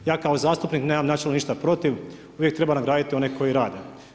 Ja kao zastupnik nema načelno ništa protiv, uvijek treba nagraditi one koji rade.